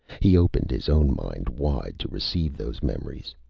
he opened his own mind wide to receive those memories.